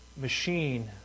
machine